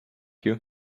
you